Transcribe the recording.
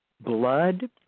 blood